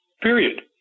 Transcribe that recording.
Period